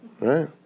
right